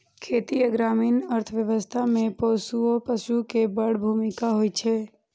खेती आ ग्रामीण अर्थव्यवस्था मे पोसुआ पशु के बड़ भूमिका होइ छै